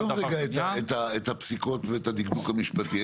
רגע את הפסיקות ואת הדקדוק המשפטי.